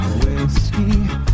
whiskey